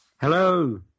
Hello